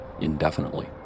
indefinitely